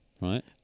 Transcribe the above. Right